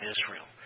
Israel